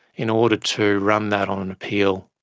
in order to run that on an appeal,